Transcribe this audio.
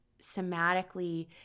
somatically